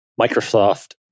Microsoft